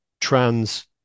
trans